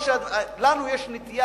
לנו יש נטייה,